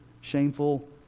shameful